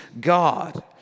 God